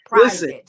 listen